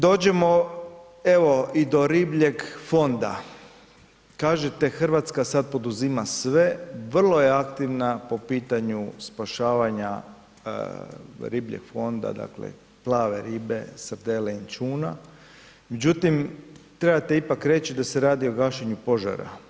Dođemo evo i do ribljeg fonda, kažete Hrvatska sad poduzima sve, vrlo je aktivna po pitanju spašavanja ribljeg fonda, dakle plave ribe srdele, inćuna, međutim trebate ipak reći da se radi o gašenju požara.